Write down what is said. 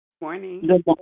morning